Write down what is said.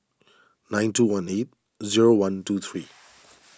nine two one eight zero one two three